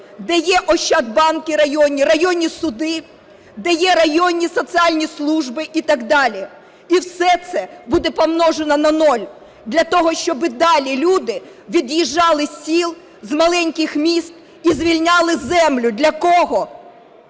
де є ощадбанки районні, районні суди, де є районні соціальні служби і так далі. І все це буде помножено на нуль для того, щоби й далі люди від'їжджали з сіл, з маленьких міст і звільняли землю. Для кого?